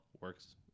works